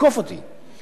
תקוף אותי.